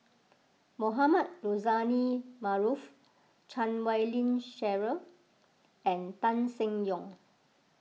Mohamed Rozani Maarof Chan Wei Ling Cheryl and Tan Seng Yong